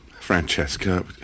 Francesca